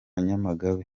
nyamagabe